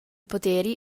poteri